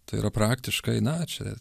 tai yra praktiškai na čia